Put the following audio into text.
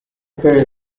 period